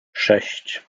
sześć